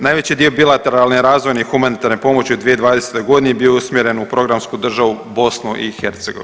Najveći dio bilateralne razvojne i humanitarne pomoći u 2020. godini bio je usmjeren uz programsku državu BiH.